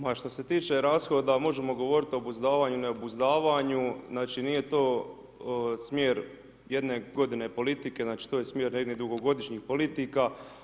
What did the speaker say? Ma što se tiče rashoda možemo govoriti o obuzdavanju, neobuzdavanju, znači, nije to smjer jedne godine politike, znači, to je smjer jednih dugogodišnjih politika.